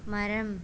மரம்